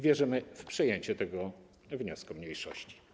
Wierzymy w przyjęcie tego wniosku mniejszości.